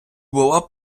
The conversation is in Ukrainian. була